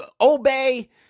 obey